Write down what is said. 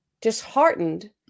disheartened